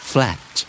Flat